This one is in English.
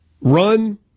Run